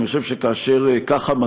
אני חושב שכאשר זה המצב,